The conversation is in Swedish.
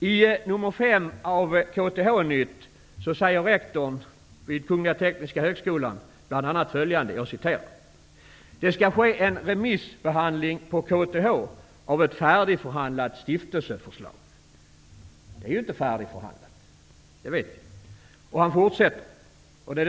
I nr 5 av KTH-Nytt säger rektorn vid Tekniska högskolan följande: ''Det skall ske en remissbehandling på KTH av ett färdigförhandlat stiftelseförslag.'' Vi vet att det inte är färdigbehandlat.